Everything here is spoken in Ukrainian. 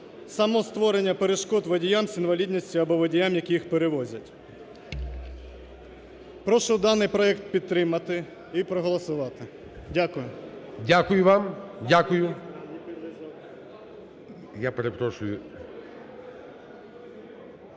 саме створення перешкод водіям з інвалідністю або водіям, які їх перевозять. Прошу даний проект підтримати і проголосувати. Дякую. ГОЛОВУЮЧИЙ. Дякую вам. Дякую.